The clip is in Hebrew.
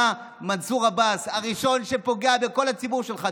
אתה, מנסור עבאס, הראשון שפוגע בכל הציבור שלך.